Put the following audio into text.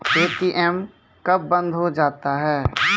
ATM कब बंद हो जाता हैं?